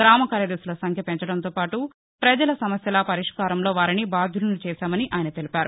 గ్రామ కార్యదర్శుల సంఖ్య పెంచడంతోపాటు ప్రపజల సమస్యల పరిష్కారంలో వారిని బాధ్యులను చేశామని ఆయన తెలిపారు